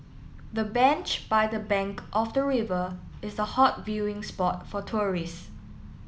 the bench by the bank of the river is a hot viewing spot for tourist